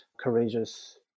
courageous